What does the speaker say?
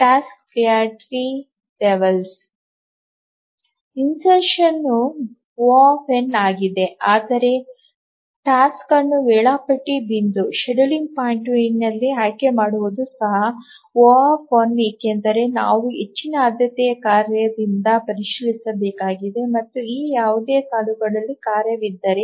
ಒಳಸೇರಿಸುವಿಕೆಯು O ಆಗಿದೆ ಆದರೆ ಕಾರ್ಯವನ್ನು ವೇಳಾಪಟ್ಟಿ ಬಿಂದುವಿನಲ್ಲಿ ಆಯ್ಕೆ ಮಾಡುವುದು ಸಹ O ಏಕೆಂದರೆ ನಾವು ಹೆಚ್ಚಿನ ಆದ್ಯತೆಯ ಕಾರ್ಯದಿಂದ ಪರಿಶೀಲಿಸಬೇಕಾಗಿದೆ ಮತ್ತು ಈ ಯಾವುದೇ ಸಾಲುಗಳಲ್ಲಿ ಕಾರ್ಯವಿದ್ದರೆ